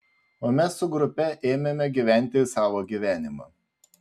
o mes su grupe ėmėme gyventi savo gyvenimą